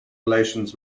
relations